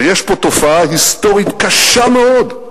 ויש פה תופעה היסטורית קשה מאוד.